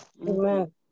Amen